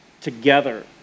together